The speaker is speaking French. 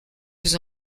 vous